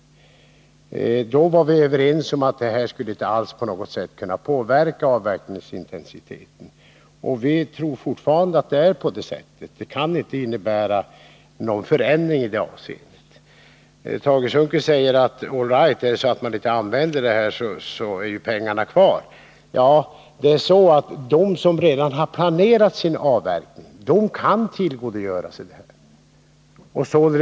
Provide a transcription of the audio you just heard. Då var vi överens om att detta inte alls skulle kunna påverka avverkningsintensiteten. Och vi tror fortfarande att det är så — det kan inte innebära någon förändring i det avseendet. Tage Sundkvist säger: Om inte pengarna används så finns de ju kvar. Ja, de som redan planerat sin avverkning kan tillgodogöra sig pengarna.